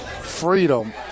freedom